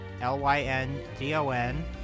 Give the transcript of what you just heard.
L-Y-N-D-O-N